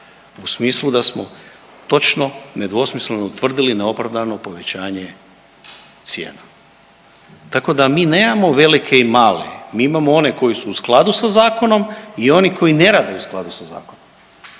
u smislu da smo točno, nedvosmisleno utvrdili neopravdano povećanje cijena. Tako da mi nemamo velike i male, mi imamo one koji su u skladu sa zakonom i oni koji ne rade u skladu sa zakonom.